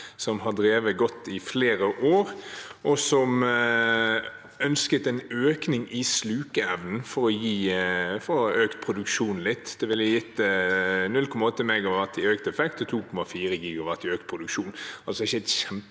som har drevet godt i flere år, og som ønsket en økning i slukeevnen for å få økt produksjonen litt. Det ville gitt 0,8 MW i økt effekt og 2,4 GW i økt produksjon,